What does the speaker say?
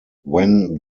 when